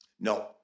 No